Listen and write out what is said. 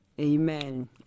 Amen